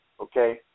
okay